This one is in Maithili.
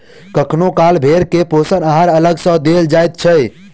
कखनो काल भेंड़ के पोषण आहार अलग सॅ देल जाइत छै